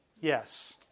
Yes